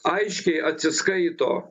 aiškiai atsiskaito